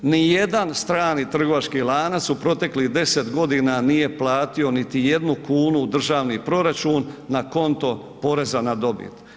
Nijedan strani trgovački lanac u proteklih 10 g. nije platio niti jednu kunu u državni proračun na konto poreza na dobit.